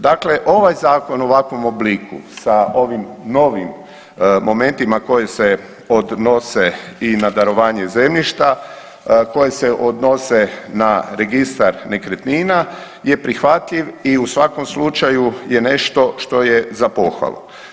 Dakle, ovaj zakon u ovakvom obliku sa ovim novim momentima koji se odnose i na darovanje zemljišta, koje se odnose na registar nekretnina je prihvatljiv i u svakom slučaju je nešto što je za pohvalu.